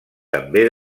també